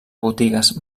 botigues